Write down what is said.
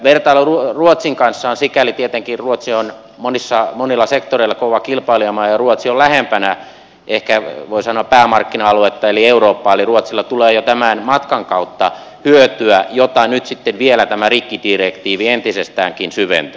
vertailu ruotsin kanssa on sikäli tietenkin niin että ruotsi on monilla sektoreilla kova kilpailijamaa ja ruotsi on lähempänä ehkä voi sanoa päämarkkina aluetta eli eurooppaa eli ruotsille tulee jo tämän matkan kautta hyötyä jota nyt sitten vielä tämä rikkidirektiivi entisestäänkin syventää